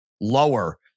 lower